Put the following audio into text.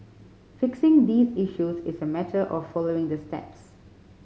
fixing these issues is a matter of following the steps